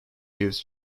gives